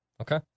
Okay